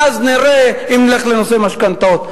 אז נראה אם נלך לנושא משכנתאות.